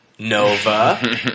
Nova